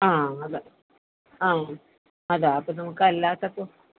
ആ അതെ ആ അതെ അത് നോക്കാം അല്ലാത്തപ്പോൾ